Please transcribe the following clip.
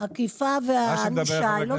האכיפה והענישה לא סותרות את החוק.